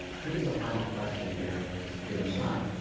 maybe as a final question here, just given time,